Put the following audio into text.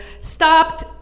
stopped